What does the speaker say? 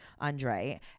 Andre